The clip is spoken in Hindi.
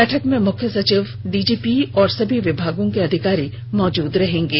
बैठक में मुख्य सचिव डीजीपी और सभी विभागों के अधिकारी मौजूद रहेंगे